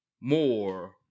more